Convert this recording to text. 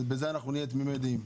בזה אנחנו נהיה תמימי דעים.